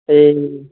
ए